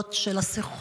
החוויות של השיחות,